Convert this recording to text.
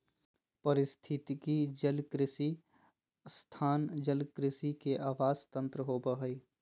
पारिस्थितिकी जलकृषि स्थान जलकृषि के आवास तंत्र होबा हइ